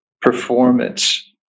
performance